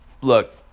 look